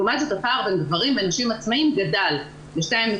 לעומת זאת הפער בין גברים ונשים עצמאיים גדל ב-2.9%,